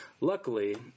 Luckily